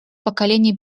поколения